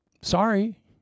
Sorry